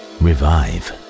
revive